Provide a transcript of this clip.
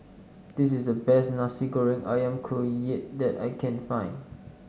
this is the best Nasi Goreng ayam Kunyit that I can find